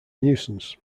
nuisance